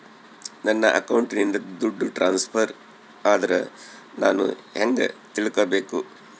ನನ್ನ ಅಕೌಂಟಿಂದ ದುಡ್ಡು ಟ್ರಾನ್ಸ್ಫರ್ ಆದ್ರ ನಾನು ಹೆಂಗ ತಿಳಕಬೇಕು?